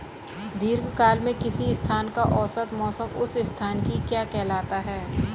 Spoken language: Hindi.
दीर्घकाल में किसी स्थान का औसत मौसम उस स्थान की क्या कहलाता है?